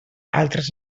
altres